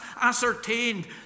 ascertained